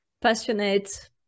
passionate